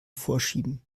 vorschieben